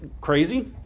crazy